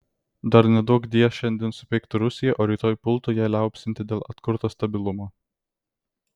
dar neduokdie šiandien supeiktų rusiją o rytoj pultų ją liaupsinti dėl atkurto stabilumo